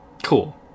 Cool